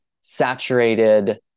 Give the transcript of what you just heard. saturated